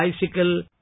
bicycle